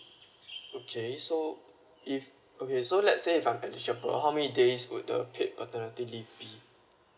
okay so if okay so let's say if I'm eligible how many days would the paid paternity leave be